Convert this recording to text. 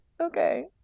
okay